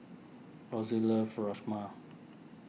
Rosy loves Rajma